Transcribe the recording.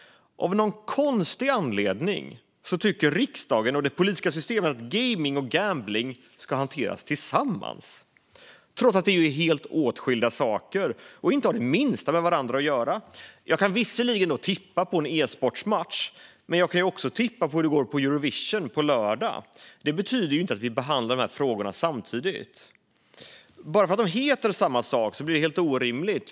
Av någon konstig anledning tycker riksdagen och det politiska systemet att gaming och gambling ska hanteras tillsammans, trots att det är helt skilda saker som inte har det minsta med varandra att göra. Jag kan visserligen tippa utgången av en e-sportmatch, men jag kan också tippa hur det går i Eurovision på lördag. Det betyder ju inte att vi behandlar dessa frågor samtidigt. Även om de heter samma sak blir det helt orimligt.